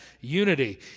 unity